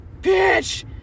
bitch